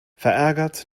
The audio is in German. verärgert